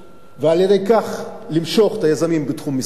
ועל-ידי כך למשוך את היזמים בתחום המסחר,